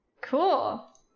Cool